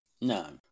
No